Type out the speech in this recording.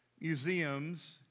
museums